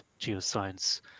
geoscience